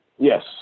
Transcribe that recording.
Yes